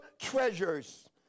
treasures